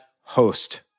host